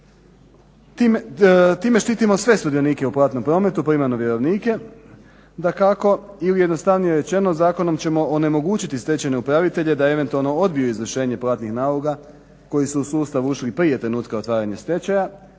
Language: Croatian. Time štitimo sve sudionike u platnom prometu, primarno vjerovnike dakako ili jednostavnije rečeno zakonom ćemo onemogućiti stečajne upravitelje da eventualno odbiju izvršenje platnih naloga koji su u sustav ušli prije trenutka otvaranja stečaja